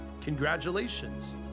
congratulations